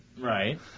Right